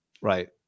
right